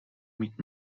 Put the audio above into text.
mít